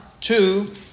Two